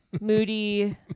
moody